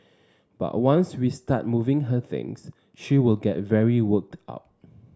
but once we start moving her things she will get very worked up